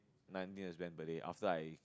nineteen to spend per day after I